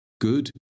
good